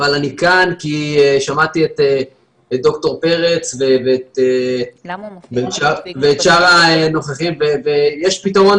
אבל אני כאן כי שמעתי את ד"ר פרץ ואת שאר הנוכחים ויש פתרון